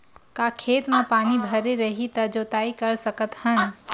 का खेत म पानी भरे रही त जोताई कर सकत हन?